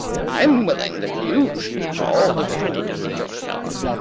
i am willing that you should have all the credit of it yourself.